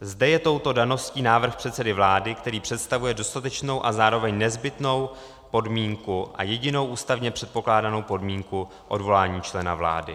Zde je touto daností návrh předsedy vlády, který představuje dostatečnou a zároveň nezbytnou podmínku a jedinou ústavně předpokládanou podmínku odvolání člena vlády.